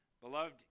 Beloved